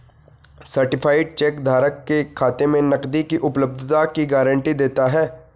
certified cheque धारक के खाते में नकदी की उपलब्धता की गारंटी देता है